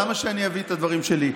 למה שאני אביא את הדברים שלי?